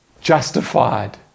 Justified